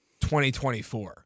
2024